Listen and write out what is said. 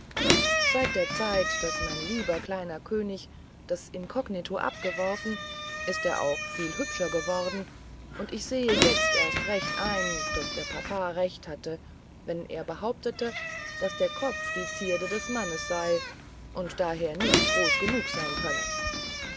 seit der zeit daß mein lieber kleiner könig das inkognito abgeworfen ist er auch viel hübscher geworden und ich sehe jetzt erst recht ein daß der papa recht hatte wenn er behauptete daß der kopf die zierde das mannes sei und daher nicht groß genug sein könne